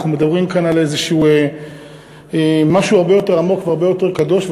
אנחנו מדברים כאן על משהו הרבה יותר עמוק והרבה יותר קדוש,